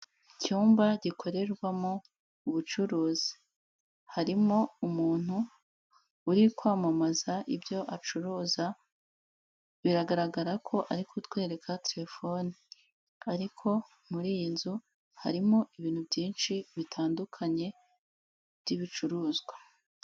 Icyumba gikorerwamo ubucuruzi harimo umuntu uri kwamamaza ibyo acuruza biragaragara ko ari kutwereka telefoni ariko muri iyi nzu harimo ibintu byinshi bitandukanye by'ibicuruzwa.